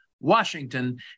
Washington